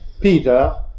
Peter